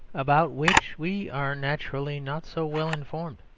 about which we are naturally not so well informed.